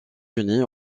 unis